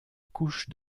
couche